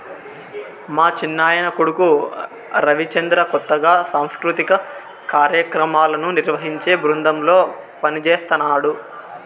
మా చిన్నాయన కొడుకు రవిచంద్ర కొత్తగా సాంస్కృతిక కార్యాక్రమాలను నిర్వహించే బృందంలో పనిజేస్తన్నడు